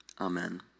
Amen